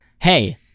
hey